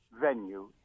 venue